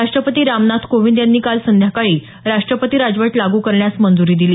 राष्ट्रपती रामनाथ कोविंद यांनी काल संध्याकाळी राष्ट्रपती राजवट लागू करण्यास मंजुरी दिली